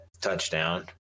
touchdown